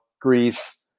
Greece